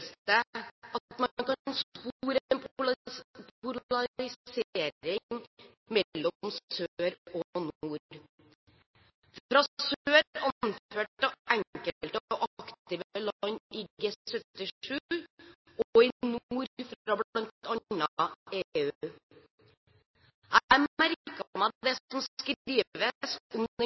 at man kan spore en polarisering mellom sør og nord – i sør anført av enkelte aktive land i G77, og i nord av bl.a. EU. Jeg har merket meg det som skrives